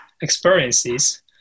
experiences